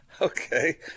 Okay